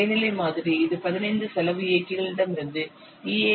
இடைநிலை மாதிரி இது 15 செலவு இயக்கிகளிடமிருந்து ஈ